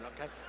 okay